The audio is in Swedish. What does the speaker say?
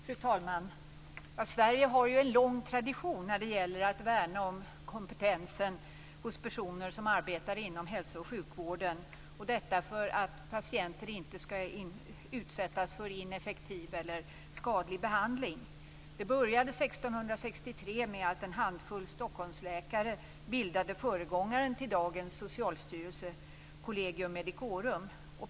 Fru talman! Sverige har en lång tradition när det gäller att värna om kompetensen hos personer som arbetar inom hälso och sjukvården; detta för att patienter inte skall utsättas för ineffektiv eller skadlig behandling. Det började 1663 med att en handfull Stockholmsläkare bildade föregångaren till dagens socialstyrelse, Collegium medicorum.